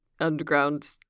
underground